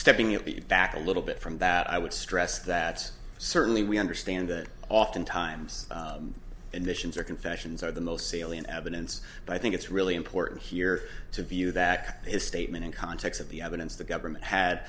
stepping it back a little bit from that i would stress that certainly we understand that often times and missions or confessions are the most salient evidence but i think it's really important here to view that his statement in context of the evidence the government had